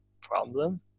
problem